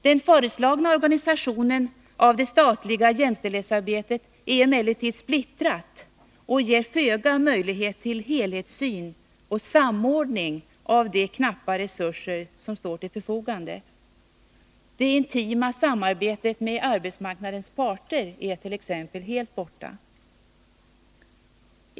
Den föreslagna organisationen av det statliga jämställdhetsarbetet är emellertid splittrad och ger föga möjlighet till helhetssyn och samordning av de knappa resurser som står till förfogande. Det intima samarbetet med arbetsmarknadens parter är t.ex. helt borta.